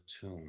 tomb